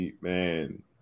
man